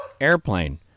airplane